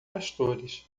pastores